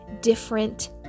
different